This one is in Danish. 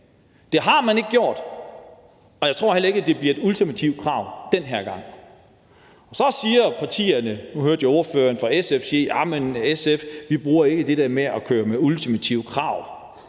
Det har man ikke gjort, og jeg tror heller ikke, det bliver et ultimativt krav den her gang. Nu hørte jeg ordføreren for SF sige, at SF ikke bruger det der med ultimative krav.